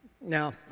Now